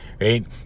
right